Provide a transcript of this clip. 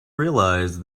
realise